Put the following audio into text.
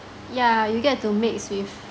yeah you get to mix with